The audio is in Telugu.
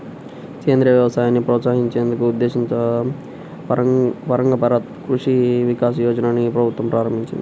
సేంద్రియ వ్యవసాయాన్ని ప్రోత్సహించేందుకు ఉద్దేశించిన పరంపరగత్ కృషి వికాస్ యోజనని ప్రభుత్వం ప్రారంభించింది